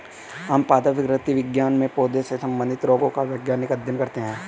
हम पादप विकृति विज्ञान में पौधों से संबंधित रोगों का वैज्ञानिक अध्ययन करते हैं